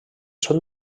són